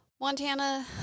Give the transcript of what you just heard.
Montana